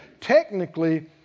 Technically